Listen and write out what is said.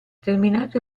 terminato